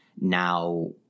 now